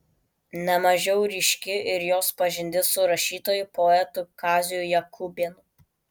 ne mažiau ryški ir jos pažintis su rašytoju poetu kaziu jakubėnu